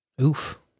Oof